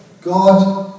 God